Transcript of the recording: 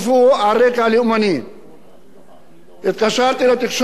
התקשרתי לתקשורת וביקשתי לשנות את הגרסה,